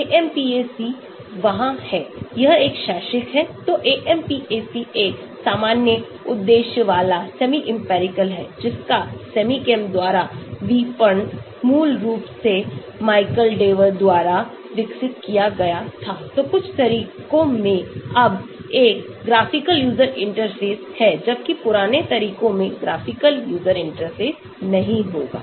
AMPAC वहां है यह एक शैक्षिक है तो AMPAC एक सामान्य उद्देश्य वाला सेमी इंपिरिकल है जिसका SemiChem द्वारा विपणन मूल रूप से माइकल देवर द्वारा विकसित किया गया थातो कुछ तरीकों में अब एक ग्राफिकल यूजर इंटरफेस है जबकि पुराने तरीकों में ग्राफिकल यूजर इंटरफेस नहीं होगा